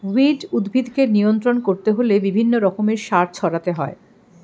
weed উদ্ভিদকে নিয়ন্ত্রণ করতে হলে বিভিন্ন রকমের সার ছড়াতে হয়